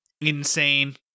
insane